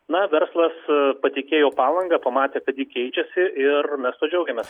na verslas patikėjo palanga pamatė kad ji keičiasi ir mes tuo džiaugiamės